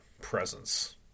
presence